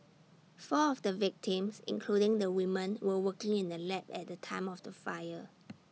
four of the victims including the woman were working in the lab at the time of the fire